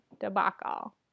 debacle